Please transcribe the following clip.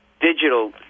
digital